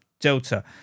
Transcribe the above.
Delta